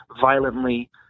violently